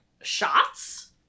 shots